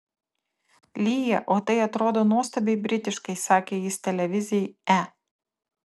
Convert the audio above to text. lyja o tai atrodo nuostabiai britiškai sakė jis televizijai e